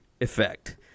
effect